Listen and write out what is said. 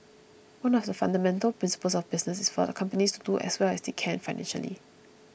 one of the fundamental principles of business is for companies to do as well as they can financially